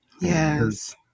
Yes